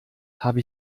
habe